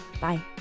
bye